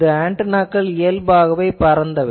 இந்த ஆன்டெனாக்கள் இயல்பாகவே பரந்தவை